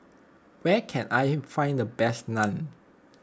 where can I find the best Naan